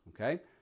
Okay